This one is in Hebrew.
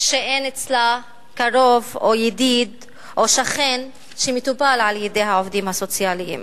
שאין אצלה קרוב או ידיד או שכן שמטופל על-ידי העובדים הסוציאליים.